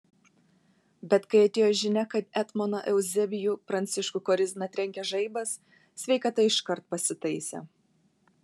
bet kai atėjo žinia kad etmoną euzebijų pranciškų korizną trenkė žaibas sveikata iškart pasitaisė